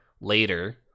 later